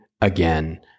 Again